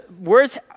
Words